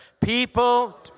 People